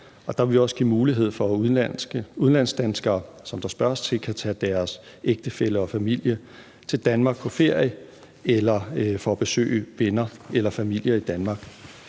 og der vil vi også give mulighed for, at udlandsdanskere, som der spørges til, kan tage deres ægtefælle og familie til Danmark på ferie eller for at besøge venner eller familie i Danmark.